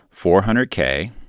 400K